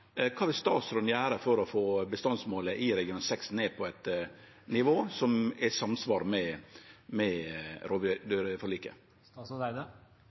Kva vil statsråden gjere for å få bestandsmålet i region 6 ned på eit nivå som er i samsvar med